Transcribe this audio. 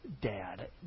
dad